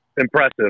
impressive